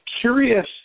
curious